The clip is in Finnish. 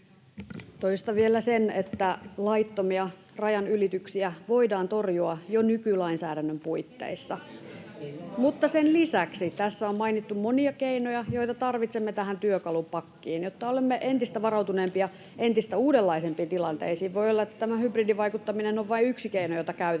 Mutta eihän se ole laitonta, jos hakee turvapaikkaa!] Mutta sen lisäksi tässä on mainittu monia keinoja, joita tarvitsemme tähän työkalupakkiin, jotta olemme entistä varautuneempia entistä uudenlaisempiin tilanteisiin. Voi olla, että tämä hybridivaikuttaminen on vain yksi keino, jota käytetään